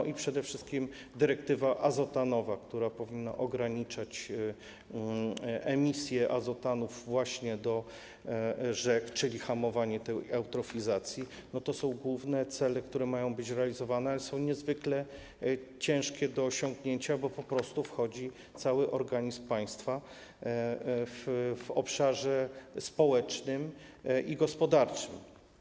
I przede wszystkim dyrektywa azotanowa, która powinna ograniczać emisję azotanów właśnie do rzek, czyli hamowanie tej eutrofizacji, to są główne cele, które mają być realizowane, ale są niezwykle ciężkie do osiągnięcia, bo po prostu wchodzi cały organizm państwa w obszarze społecznym i gospodarczym.